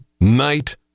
Night